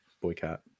boycott